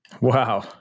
Wow